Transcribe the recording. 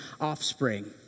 offspring